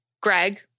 Greg